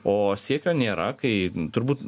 o siekio nėra kai turbūt